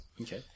Okay